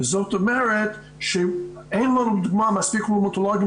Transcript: זאת אומרת שאין לנו לדוגמה מספיק ראומטולוגים